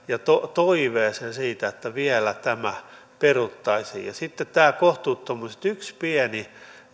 toiveeseen siitä että vielä tämä peruttaisiin sitten tämä kohtuuttomuus että yksi pieni